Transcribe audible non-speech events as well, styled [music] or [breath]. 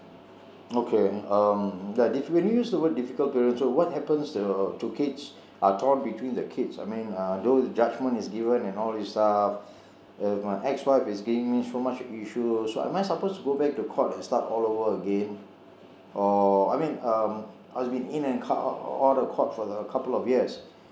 okay um ya when you use the word difficult so what happens to kids are torn between the kids I mean uh those judgement is given and all these stuff [breath] my ex wife is giving me so much issues so am I supposed to go back to court and start all over again or I mean um I've been in and out of court for a couple of years